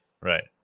right